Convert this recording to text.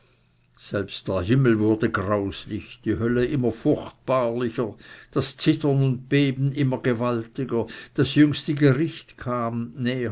selbst der himmel wurde graulich die hölle immer furchtbarlicher das zittern und beben immer gewaltiger das jüngste gericht kam näher